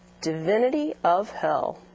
divinity of hell